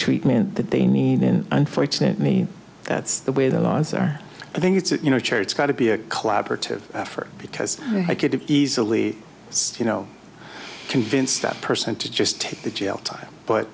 treatment that they need in unfortunately that's the way the laws are i think it's you know church got to be a collaborative effort because i could easily you know convince that person to just take the jail time but